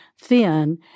thin